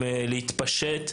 מתחילה להתפשט,